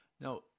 Now